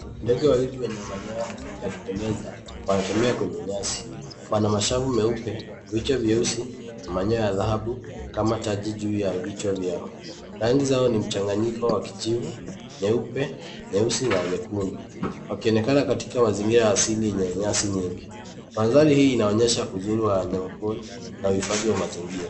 Ndege wawili wenye manyoya wanatembea kwenye nyasi. Wana mashavu meupe, vichwa vyeusi, manyoya ya dhahabu kama taji juu ya vichwa vyao. Rangi zao ni mchanganyiko wa jivu, nyeupe, nyeusi na nyekundu wakionekana katika mazingira ya asili yenye nyasi nyingi. Kwa mfano hii inaonyesha umuhimu wa uhifadhi wa mazingira.